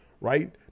Right